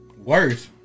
Worse